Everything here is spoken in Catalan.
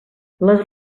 les